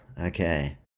Okay